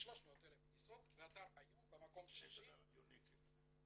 יש 300,000 כניסות והיום אתה במקום --- אני מדבר על --- בסדר,